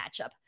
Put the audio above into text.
matchup